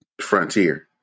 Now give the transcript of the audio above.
Frontier